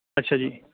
ਅੱਛਾ ਜੀ